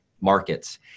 markets